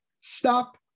stop